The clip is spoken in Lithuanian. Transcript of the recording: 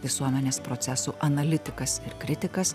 visuomenės procesų analitikas ir kritikas